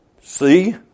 See